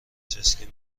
چسکی